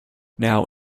now